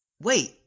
Wait